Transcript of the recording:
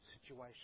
situation